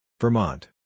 Vermont